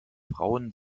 frauen